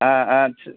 ஆ ஆ சே